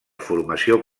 formació